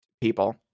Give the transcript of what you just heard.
people